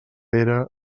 pere